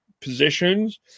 positions